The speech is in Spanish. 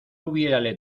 hubiérale